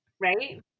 right